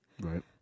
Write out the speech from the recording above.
right